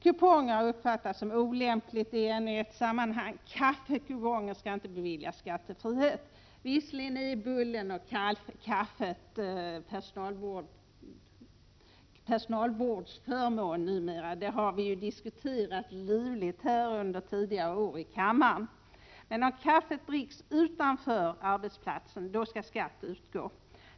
Kuponger har uppfattats som olämpliga i ännu ett sammanhang. Kaffekuponger skall inte beviljas skattefrihet. Visserligen är bullen och kaffet personalvårdsförmån numera, det har ju diskuterats livligt under tidigare år i kammaren, men om kaffet dricks utanför arbetsplatsen då skall skatt utgå.